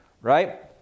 right